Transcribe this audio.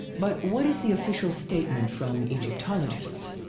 but what is the official statement from egyptologists?